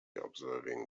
observing